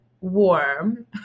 warm